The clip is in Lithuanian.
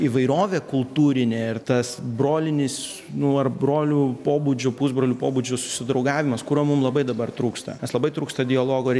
įvairovę kultūrinę ir tas brolinis nu ar brolių pobūdžių pusbrolių pobūdžių susidraugavimas kurio mum labai dabar trūksta nes labai trūksta dialogo rei